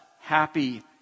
happy